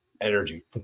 energy